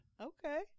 Okay